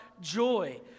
joy